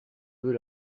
veux